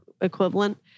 equivalent